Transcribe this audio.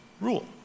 rule